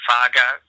Fargo